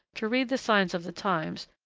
to read the signs of the times,